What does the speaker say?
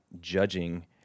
judging